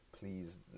Please